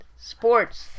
sports